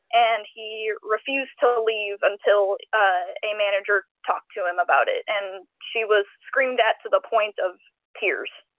and he refused to leave until ah a manager talked to him about it and she was screamed at to the point of tears.